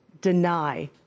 deny